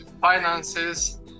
finances